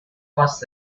first